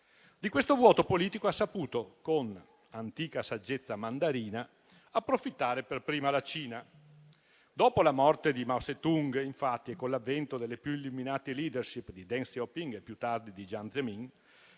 Di questo vuoto politico ha saputo, con antica saggezza mandarina, approfittare per prima la Cina. Infatti, dopo la morte di Mao Tse-tung e con l'avvento delle più illuminate *leadership* di Deng Xiaoping e, più tardi, di Jiang Zemin,